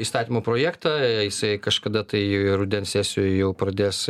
įstatymo projektą jisai kažkada tai rudens sesijoj jau pradės